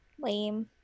Lame